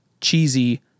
cheesy